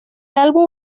álbum